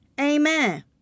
Amen